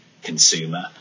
Consumer